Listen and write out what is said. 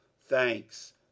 Thanks